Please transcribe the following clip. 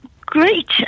great